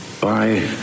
bye